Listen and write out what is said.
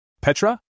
Petra